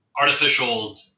artificial